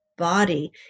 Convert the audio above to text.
body